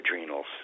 adrenals